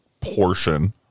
portion